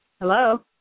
Hello